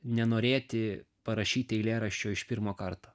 nenorėti parašyti eilėraščio iš pirmo karto